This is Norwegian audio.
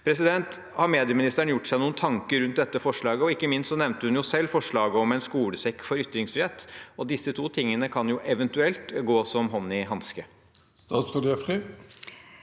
der. Har medieministeren gjort seg noen tanker rundt dette forslaget? Ikke minst nevnte hun selv forslaget om en skolesekk for ytringsfrihet. Disse to tingene kan jo eventuelt gå som hånd i hanske.